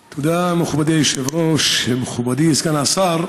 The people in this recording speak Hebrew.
תודה, מכובדי היושב-ראש, מכובדי סגן השר,